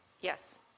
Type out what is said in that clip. Yes